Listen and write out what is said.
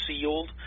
sealed